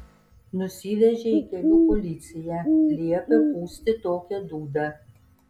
nusivežė į kelių policiją liepė pūsti tokią dūdą